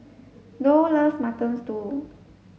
doll loves mutton stew